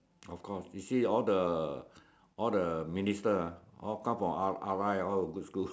of course you see all the all the minister ah all come from R_I all the good school